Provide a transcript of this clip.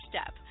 step